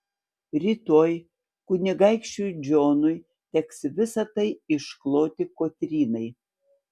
rytoj kunigaikščiui džonui teks visa tai iškloti kotrynai